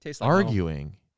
arguing